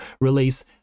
release